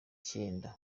icyenda